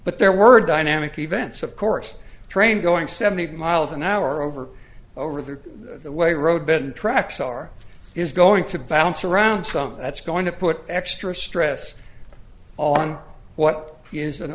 but there were dynamic events of course train going seventy miles an hour over over there the way road bed tracks are is going to bounce around something that's going to put extra stress on what is